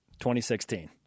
2016